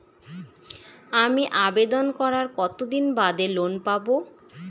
আমি আবেদন করার কতদিন বাদে লোন পাব?